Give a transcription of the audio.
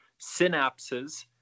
synapses